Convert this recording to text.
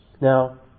now